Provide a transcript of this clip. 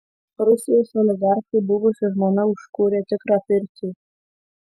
rusijos oligarchui buvusi žmona užkūrė tikrą pirtį